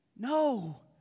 No